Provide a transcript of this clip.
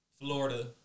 Florida